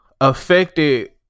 Affected